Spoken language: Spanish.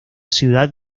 ciudad